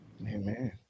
Amen